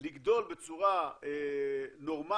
לגדול בצורה נורמלית